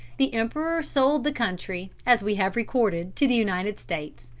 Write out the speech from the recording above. the emperor sold the country, as we have recorded, to the united states,